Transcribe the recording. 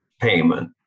payment